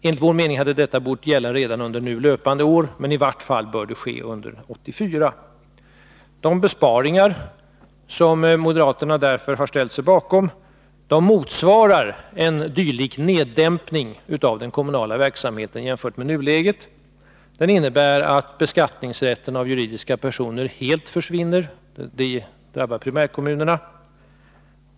Enligt vår mening hade detta bort gälla redan under Nr 164 löpande år, men i vart fall bör det ske under 1984. Torsdagen den De besparingar som moderaterna därför har ställt sig bakom motsvarar en 2 juni 1983 dylik dämpning av den kommunala verksamheten jämfört med nuläget. Den innebär att beskattningsrätten i fråga om juridiska personer helt försvinner — Kommunalekono det drabbar primärkommunerna.